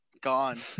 Gone